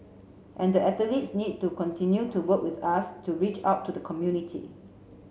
and the athletes need to continue to work with us to reach out to the community